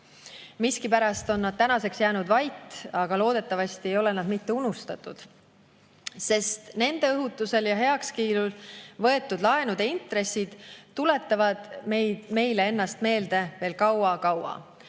Miskipärast on nad tänaseks jäänud vait, aga loodetavasti ei ole nad mitte unustatud, sest nende õhutusel ja heakskiidul võetud laenude intressid tuletavad meile ennast meelde veel kaua-kaua.